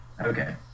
Okay